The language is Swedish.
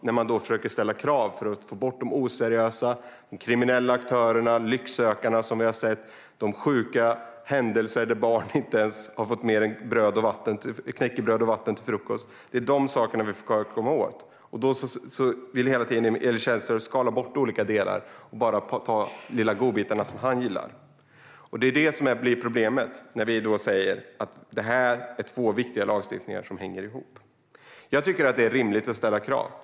När man sedan försöker att ställa krav för att få bort de oseriösa och kriminella aktörerna, lycksökarna - det finns exempel där barnen bara har fått knäckebröd och vatten till frukost - då vill Emil Källström skala bort olika delar och behålla bara de godbitar som han gillar. Det är det som är problemet, att det är två viktiga lagstiftningar som hänger ihop. Jag tycker att det är rimligt att ställa krav.